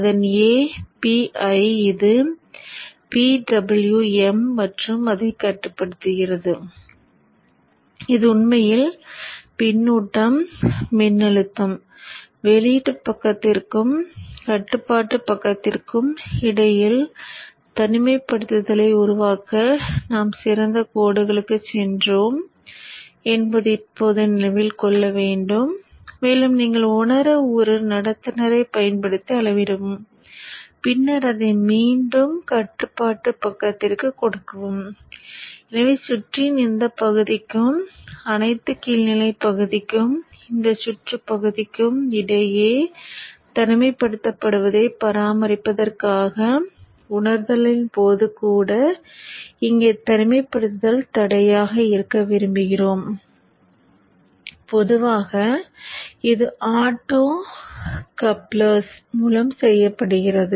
அதன் a PI இது PWM மற்றும் அதைக் கட்டுப்படுத்துகிறது இது உண்மையில் பின்னூட்டம் மூலம் செய்யப்படுகிறது